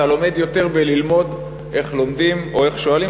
אתה לומד יותר בללמוד איך לומדים או איך שואלים,